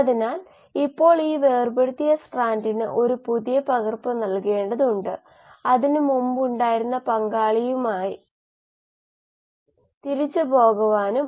അതിനാൽ അവയെ ആദ്യം ഒരു കമ്പ്യൂട്ടർ പ്രോഗ്രാമിലേക്ക് മാറ്റുന്നത് ബുദ്ധിമുട്ടുള്ള കാര്യമാണ് എന്നാൽ ഒരിക്കൽ നിങ്ങൾ അവയെ കമ്പ്യൂട്ടർ പ്രോഗ്രാമിലേക്ക് മാറ്റിയാൽ നിങ്ങൾക്ക് എല്ലാത്തരം പരിഷ്കാരങ്ങളും ചെയ്യാൻ കഴിയും